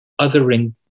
othering